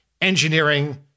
engineering